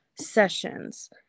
sessions